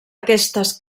aquestes